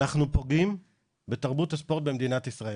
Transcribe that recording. אנחנו פוגעים בתרבות הספורט במדינת ישראל.